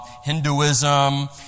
Hinduism